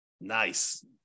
Nice